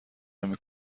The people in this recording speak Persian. نمی